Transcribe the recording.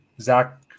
Zach